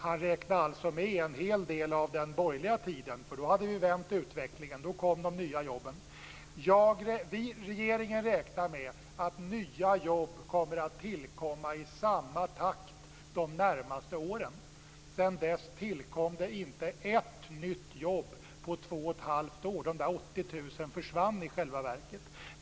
Han räknade alltså med en hel del av den borgerliga tiden. Då hade vi vänt utvecklingen. Då kom de nya jobben. Vidare skrev han: Regeringen räknar med att nya jobb kommer att tillkomma i samma takt de närmaste åren. Sedan dess tillkom det inte ett nytt jobb på två och ett halvt år. De 80 000 försvann i själva verket.